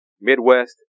Midwest